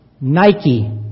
Nike